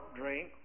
drink